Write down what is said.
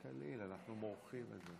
התשפ"ב 2022, לוועדת העבודה והרווחה נתקבלה.